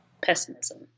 Pessimism